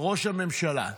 ראש הממשלה.